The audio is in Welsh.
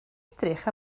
edrych